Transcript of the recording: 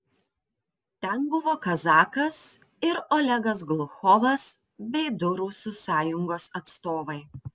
ten buvo kazakas ir olegas gluchovas bei du rusų sąjungos atstovai